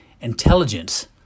intelligence